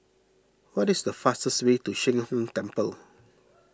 what is the fastest way to Sheng Hong Temple